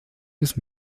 wissen